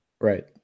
Right